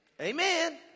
Amen